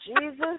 Jesus